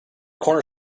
corner